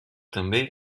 també